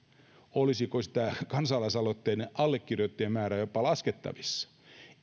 olisiko se kansalaisaloitteen allekirjoittajamäärä jopa laskettavissa